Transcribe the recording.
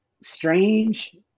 strange